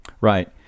Right